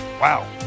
wow